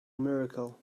miracle